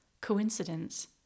coincidence